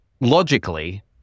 logically